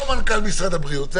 או מנכ"ל משרד הבריאות,